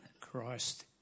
Christ